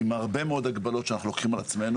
עם הרבה מאוד הגבלות שאנחנו לוקחים על עצמנו